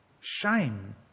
shame